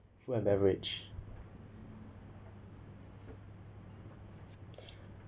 food and beverage